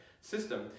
system